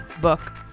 book